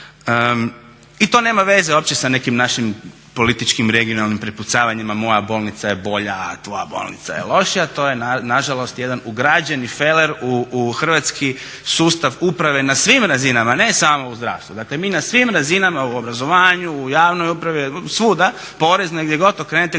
I to nema veze uopće sa nekim našim političkim, regionalnim prepucavanjima moja bolnica je bolja, tvoja bolnica je lošija. To je na žalost jedan ugrađeni feler u hrvatski sustav uprave na svim razinama ne samo u zdravstvu. Dakle, mi na svim razinama u obrazovanju, u javnoj upravi, svuda, porezne, gdje god okrenete,